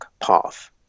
path